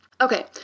Okay